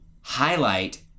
highlight